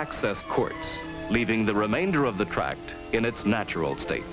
access course leaving the remainder of the tract in its natural state